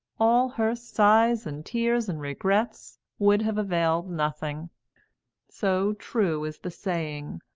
all her sighs and tears and regrets would have availed nothing so true is the saying,